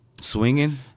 swinging